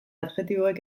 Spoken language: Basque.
adjektiboek